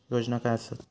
योजना काय आसत?